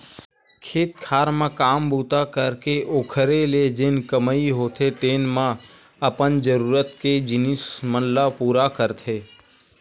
खेत खार म काम बूता करके ओखरे ले जेन कमई होथे तेने म अपन जरुरत के जिनिस मन ल पुरा करथे